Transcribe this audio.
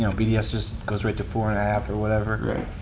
you know bds just goes right to four and a half or whatever. right.